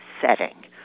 setting